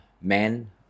men